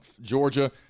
Georgia